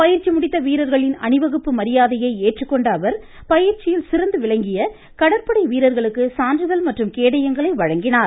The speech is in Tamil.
பயிற்சி முடித்த வீரர்களின் அணிவகுப்பு மரியாதையை ஏற்றுக்கொண்ட அவர் பயிற்சியில் சிறந்து விளங்கிய கடற்படை வீரர்களுக்கு சான்றிதழ் மற்றும் கேடயங்களை வழங்கினார்